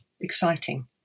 exciting